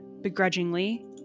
Begrudgingly